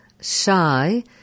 shy